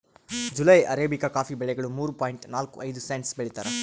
July arabica coffee ಬೆಲೆಗಳು ಮೂರು point ನಾಲ್ಕು ಐದು ಸೆಂಟ್ಸ್ ಬೆಳೀತಾರ